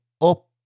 up